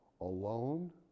alone